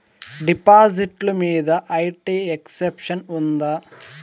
డిపాజిట్లు మీద IT exemption ఉందా?